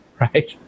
right